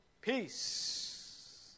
peace